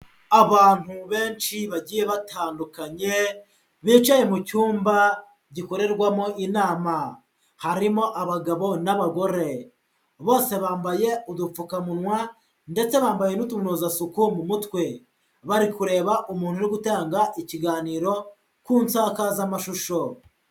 Abantu benshi bagiye batandukanye bicaye mu cyumba gikorerwamo inama harimo abagabo n'abagore. Bose bambaye udupfukamunwa ndetse bambaye n'utunozasuku mu mutwe bari kureba umuntu uri gutanga ikiganiro ku nsakazamashusho.